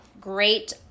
Great